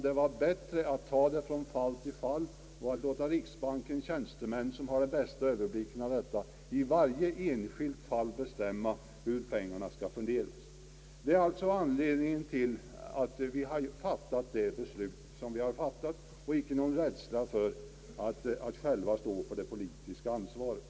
Det var bättre att pröva från fall till fall och att låta riksbankens tjänstemän, som har den bästa överblicken, i varje enskilt fall bestämma hur pengarna skall fördelas. Det är anledningen till att vi har fattat detta beslut. Det har icke skett av rädsla för att själva stå för det politiska ansvaret.